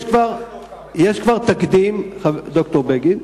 יש כבר תקדים, ד"ר בגין.